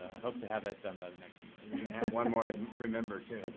hope to have that done by the next meeting. you have one more to remember too.